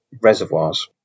reservoirs